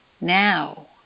now